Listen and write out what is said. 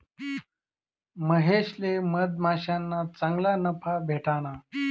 महेशले मधमाश्याना चांगला नफा भेटना